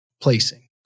placing